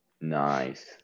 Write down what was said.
Nice